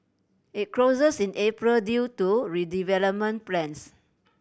it closes in April due to redevelopment plans